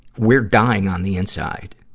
we're dying on the inside.